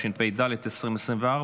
התשפ"ד 2024,